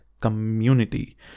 community